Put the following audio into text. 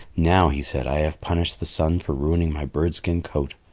now, he said, i have punished the sun for ruining my bird-skin coat.